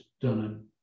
done